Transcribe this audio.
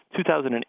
2008